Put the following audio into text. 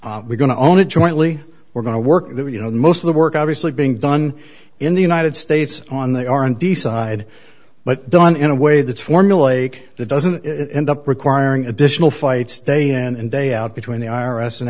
program we're going to own it jointly we're going to work you know most of the work obviously being done in the united states on they are and decide but done in a way that's formulaic that doesn't end up requiring additional fights day in and day out between the i r s and